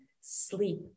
sleep